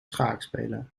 schaakspeler